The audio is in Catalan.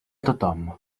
tothom